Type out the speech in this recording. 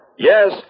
Yes